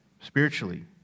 spiritually